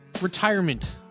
retirement